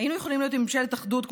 היינו יכולים להיות עם ממשלת אחדות,